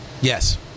yes